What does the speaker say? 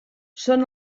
són